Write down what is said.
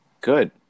Good